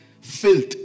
filth